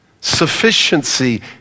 sufficiency